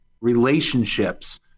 relationships